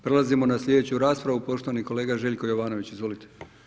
Prelazimo na slijedeću raspravu, poštovani kolega Željko Jovanović, izvolite.